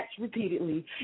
repeatedly